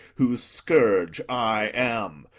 whose scourge i am,